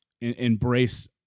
embrace